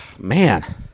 Man